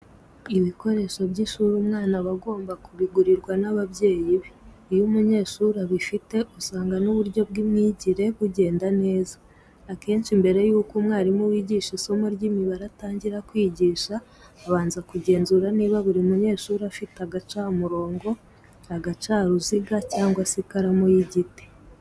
Ibikoresho by'ishuri umwana aba agomba kubigurirwa n'ababyeyi be. Iyo umunyeshuri abifite usanga n'uburyo bw'imyigire bugenda neza. Akenshi mbere yuko umwarimu wigisha isomo ry'imibare atangira kwigisha, abanza kugenzura niba buri munyeshuri afite agacamurongo, agacaruziga cyangwa se ikaramu y'igiti.